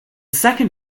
second